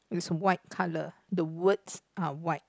is white colour the words are white